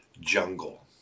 jungle